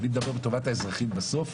אני מדבר על טובת האזרחים בסוף